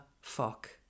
fuck